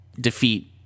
defeat